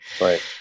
Right